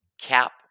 cap